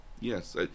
Yes